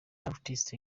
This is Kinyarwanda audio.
artist